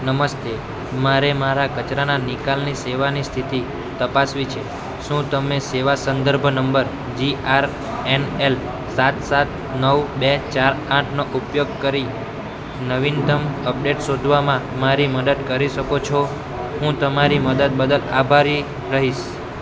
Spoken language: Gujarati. નમસ્તે મારે મારા કચરાના નિકાલની સેવાની સ્થિતિ તપાસવી છે શું તમે સેવા સંદર્ભ number G R N L સાત સાત નવ બે ચાર આઠનો ઉપયોગ કરી નવીનતમ અપડેટ શોધવામાં મારી મદદ કરી શકો છો હું તમારી મદદ બદલ આભારી રહીશ